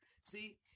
See